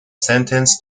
sentenced